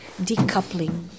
decoupling